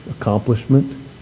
accomplishment